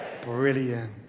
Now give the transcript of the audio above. Brilliant